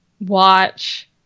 watch